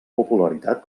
popularitat